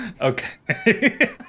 okay